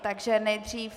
Takže nejdřív...